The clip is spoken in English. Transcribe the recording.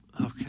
Okay